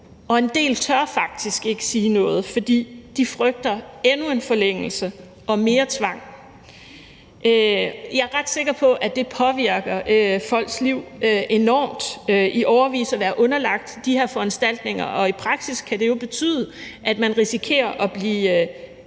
og en del tør faktisk ikke sige noget, fordi de frygter endnu en forlængelse og mere tvang. Jeg er ret sikker på, at det påvirker folks liv enormt i årevis at være underlagt de her foranstaltninger, og i praksis kan det jo betyde, at man risikerer at blive genindlagt